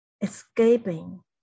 escaping